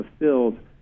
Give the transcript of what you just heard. fulfilled